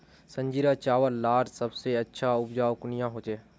संजीरा चावल लार सबसे अच्छा उपजाऊ कुनियाँ होचए?